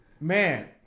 man